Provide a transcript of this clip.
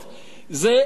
זה פתרון.